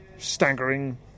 staggering